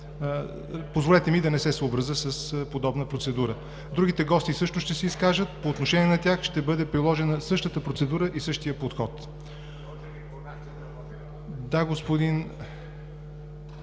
позволете ми да не се съобразя с подобна процедура. Другите гости също ще се изкажат. По отношение на тях ще бъде приложена същата процедура и същият подход. Имате думата, господин